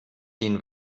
den